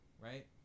right